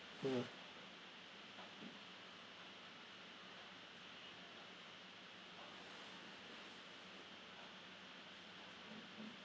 mm